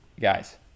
guys